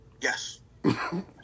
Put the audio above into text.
Yes